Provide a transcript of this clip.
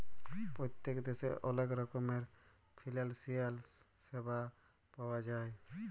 পত্তেক দ্যাশে অলেক রকমের ফিলালসিয়াল স্যাবা পাউয়া যায়